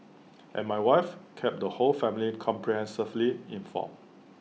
and my wife kept the whole family comprehensively informed